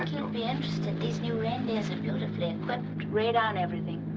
be interested. these new reindeers are beautifully equipped. radar and everything.